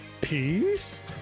Peace